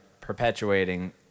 perpetuating